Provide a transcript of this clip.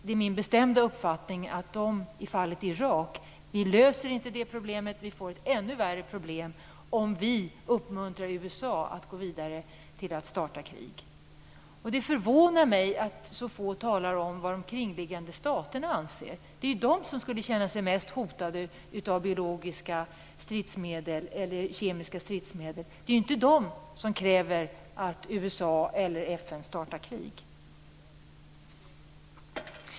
Det är min bestämda uppfattning att vi i fallet Irak inte löser problemet utan får ett ännu värre problem om vi uppmuntrar USA att gå vidare och starta krig. Det förvånar mig att så få talar om vad de kringliggande staterna anser. Det är de som skulle känna sig mest hotade av biologiska eller kemiska stridsmedel. Det är inte de som kräver att USA eller FN startar krig.